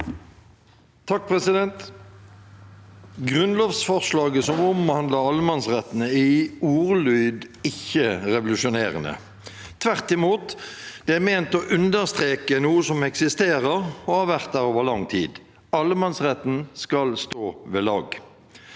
(H) Grunnlovsforslaget som omhandler allemannsretten, er i ordlyd ikke revolusjonerende. Tvert imot, det er ment å understreke noe som eksisterer, og har vært der over lang tid – allemannsretten skal stå ved lag.